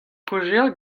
kaozeal